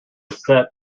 set